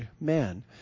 man